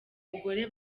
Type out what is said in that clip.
mugore